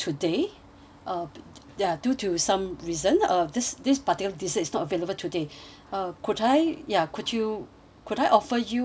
uh ya due to some reason uh this this particular dessert is not available today uh could I ya could you could I offer you alternative ya